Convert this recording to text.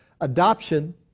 Adoption